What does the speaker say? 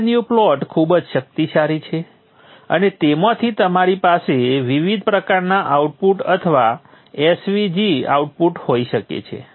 gnu plot ખૂબ જ શક્તિશાળી છે અને તેમાંથી તમારી પાસે વિવિધ પ્રકારના આઉટપુટ અથવા svg આઉટપુટ હોઈ શકે છે